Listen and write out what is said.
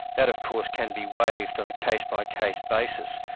that of course can be waived on a case by case basis,